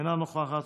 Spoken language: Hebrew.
אינה נוכחת,